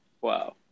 wow